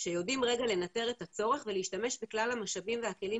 שיודעים רגע לנתר את הצורך ולהשתמש בכלל המשאבים והכלים